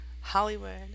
Hollywood